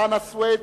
חנא סוייד,